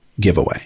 giveaway